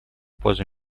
пользу